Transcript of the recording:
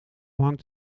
hangt